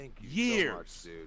years